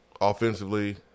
offensively